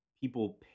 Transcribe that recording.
people